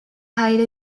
hide